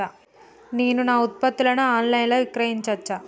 నేను నా ఉత్పత్తులను ఆన్ లైన్ లో విక్రయించచ్చా?